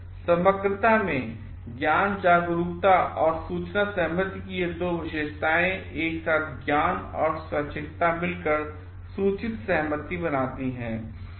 समग्रता में ज्ञान जागरूकता और सूचित सहमति की ये दो विशेषताएं एक साथ ज्ञान और स्वैच्छिकता मिलकर सूचितसहमति बनाती हैं